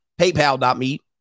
paypal.me